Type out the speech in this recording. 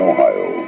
Ohio